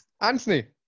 Anthony